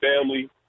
family